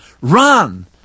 Run